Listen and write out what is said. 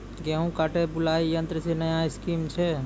गेहूँ काटे बुलाई यंत्र से नया स्कीम छ?